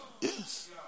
yes